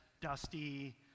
dusty